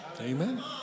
Amen